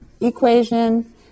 equation